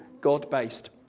God-based